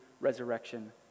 resurrection